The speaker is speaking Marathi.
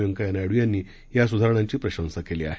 व्यंकैय्या नायडू यांनी या सुधारणांची प्रशंसा केली आहे